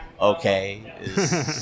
okay